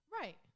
Right